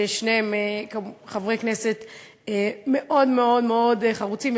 ששניהם חברי כנסת מאוד מאוד מאוד חרוצים,